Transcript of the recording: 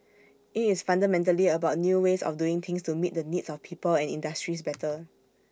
IT is fundamentally about new ways of doing things to meet the needs of people and industries better